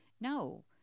no